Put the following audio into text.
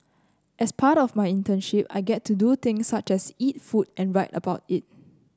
as part of my internship I get to do things such as eat food and write about it